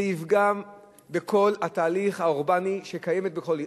זה יפגע בכל התהליך האורבני שקיים בכל עיר.